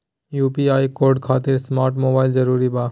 UPI code खातिर smart mobile जरूरी बा?